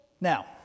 Now